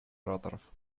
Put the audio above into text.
ораторов